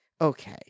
okay